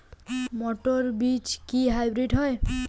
মটর বীজ কি হাইব্রিড হয়?